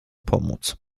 pomóc